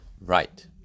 Right